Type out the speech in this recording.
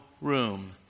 room